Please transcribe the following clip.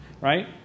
right